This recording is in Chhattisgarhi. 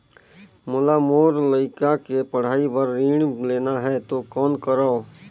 मोला मोर लइका के पढ़ाई बर ऋण लेना है तो कौन करव?